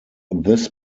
this